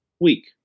week